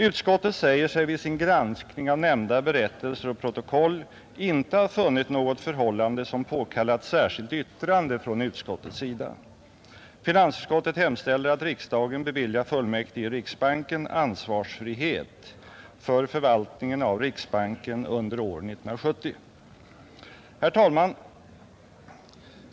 Utskottet säger sig vid sin granskning av nämnda berättelser och protokoll inte ha funnit något förhållande som påkallat särskilt yttrande från utskottets sida. Finansutskottet hemställer att riksdagen beviljar fullmäktige i riksbanken ansvarsfrihet för förvaltningen av riksbanken under år 1970. Herr talman!